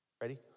Ready